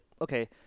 okay